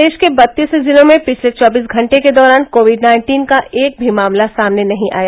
प्रदेश के बत्तीस जिलों में पिछले चौबीस घंटे के दौरान कोविड नाइन्टीन का एक भी मामला सामने नहीं आया